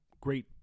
Great